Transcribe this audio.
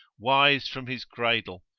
wise from his cradle,